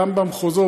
גם במחוזות,